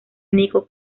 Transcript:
único